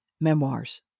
memoirs